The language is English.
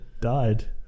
Died